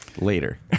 later